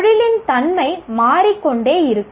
தொழிலின் தன்மை மாறிக்கொண்டே இருக்கும்